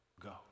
go